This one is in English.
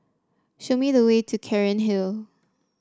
show me the way to Cairnhill